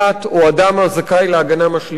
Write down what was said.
או אדם הזכאי להגנה משלימה,